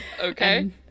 Okay